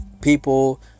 people